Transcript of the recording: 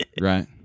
right